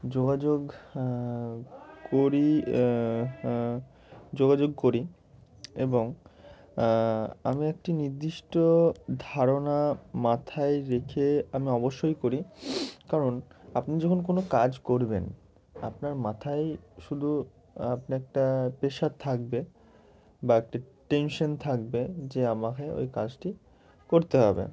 যোগাযোগ করি যোগাযোগ করি এবং আমি একটি নির্দিষ্ট ধারণা মাথায় রেখে আমি অবশ্যই করি কারণ আপনি যখন কোনো কাজ করবেন আপনার মাথায় শুধু আপনি একটা প্রেশার থাকবে বা একটি টেনশান থাকবে যে আমাকে ওই কাজটি করতে হবে